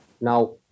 Now